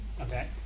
Okay